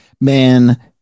Man